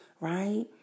right